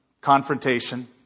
confrontation